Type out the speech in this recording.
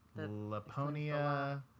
Laponia